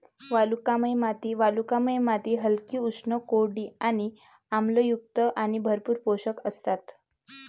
वालुकामय माती वालुकामय माती हलकी, उष्ण, कोरडी आणि आम्लयुक्त आणि भरपूर पोषक असतात